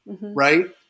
right